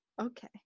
okay